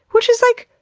which is, like,